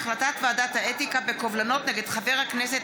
הונחה החלטת ועדת האתיקה בקובלנות נגד חבר הכנסת